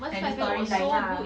like the story line lah